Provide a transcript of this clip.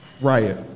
Riot